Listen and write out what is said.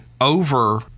over